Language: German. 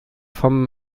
vom